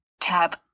Tab